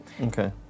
Okay